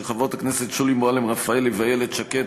של חברות הכנסת שולי מועלם-רפאלי ואיילת שקד,